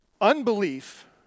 Unbelief